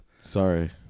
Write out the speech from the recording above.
Sorry